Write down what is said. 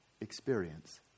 experience